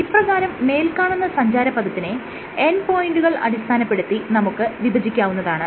ഇപ്രകാരം മേല്കാണുന്ന സഞ്ചാരപഥത്തിനെ എൻഡ് പോയിന്റുകൾ അടിസ്ഥാനപ്പെടുത്തി നമുക്ക് വിഭജിക്കാവുന്നതാണ്